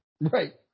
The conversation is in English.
right